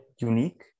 unique